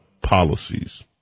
policies